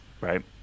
Right